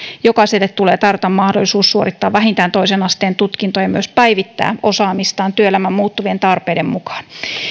jokaiselle tulee tarjota mahdollisuus suorittaa vähintään toisen asteen tutkinto ja myös päivittää osaamistaan työelämän muuttuvien tarpeiden mukaan